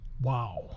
Wow